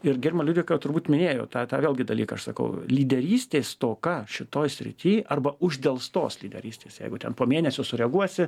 ir gerbiama liudvika turbūt minėjo tą tą vėlgi dalyką aš sakau lyderystės stoka šitoj srity arba uždelstos lyderystės jeigu ten po mėnesio sureaguosi